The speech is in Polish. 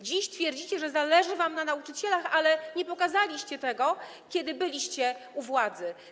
Dziś twierdzicie, że zależy wam na nauczycielach, ale nie pokazaliście tego, kiedy byliście u władzy.